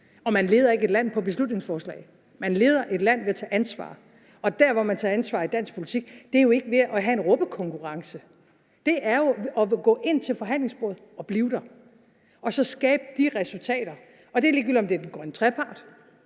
Man leder ikke et land på beslutningsforslag; man leder et land ved at tage ansvar. Og der, hvor man tager ansvar i dansk politik, er ikke ved at have en råbekonkurrence. Det er ved at gå ind til forhandlingsbordet og blive der og skabe de resultater. Det er, ligegyldigt om det er den grønne trepart,